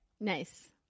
nice